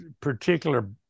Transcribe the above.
particular